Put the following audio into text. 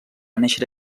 néixer